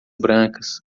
brancas